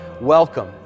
welcome